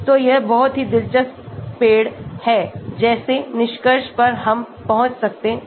तो यह बहुत ही दिलचस्प पेड़ है जैसे निष्कर्ष पर हम पहुंच सकते हैं